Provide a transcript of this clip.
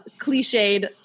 cliched